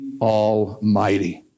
Almighty